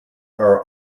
are